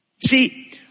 See